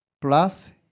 plus